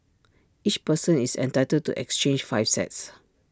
each person is entitled to exchange five sets